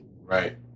Right